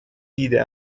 دیده